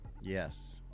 Yes